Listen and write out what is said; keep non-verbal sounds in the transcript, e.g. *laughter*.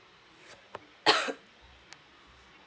*coughs*